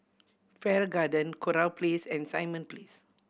Farrer Garden Kurau Place and Simon Place